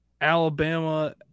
Alabama